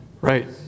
Right